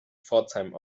pforzheim